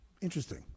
Interesting